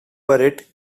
worried